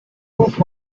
roof